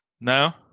no